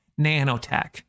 nanotech